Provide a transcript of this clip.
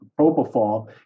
propofol